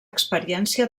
experiència